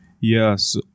Yes